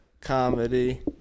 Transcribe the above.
Comedy